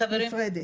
נפרדת.